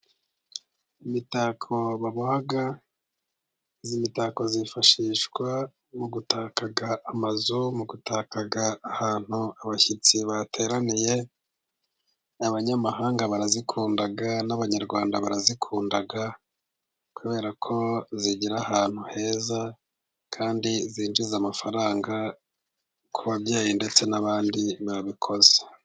Imitako baboha . Iyi mitako yifashishwa mu gutaka amazu, mu gutaka ahantu abashyitsi bateraniye. abanyamahanga barazikunda n'abanyarwanda barazikunda kubera ko zigira ahantu heza kandi zinjiza amafaranga ku babyeyi ndetse n'abandi babikoze.